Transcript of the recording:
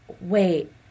wait